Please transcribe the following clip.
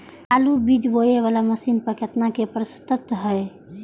आलु बीज बोये वाला मशीन पर केतना के प्रस्ताव हय?